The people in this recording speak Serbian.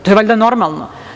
To je valjda normalno.